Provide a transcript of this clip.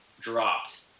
dropped